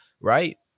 Right